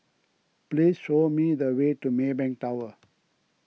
please show me the way to Maybank Tower